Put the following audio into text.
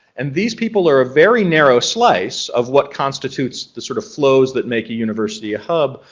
and these people are a very narrow slice of what constitutes the sort of flows that make a university a hub,